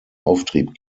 auftrieb